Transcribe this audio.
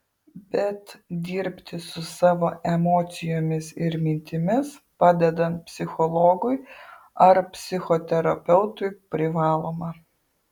bet dirbti su savo emocijomis ir mintimis padedant psichologui ar psichoterapeutui privaloma